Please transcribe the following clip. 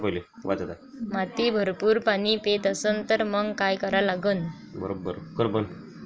माती भरपूर पाणी पेत असन तर मंग काय करा लागन?